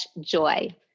joy